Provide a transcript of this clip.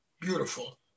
beautiful